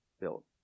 built